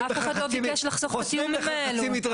אף אחד לא ביקש לחסוך בתיאומים האלה.